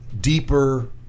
deeper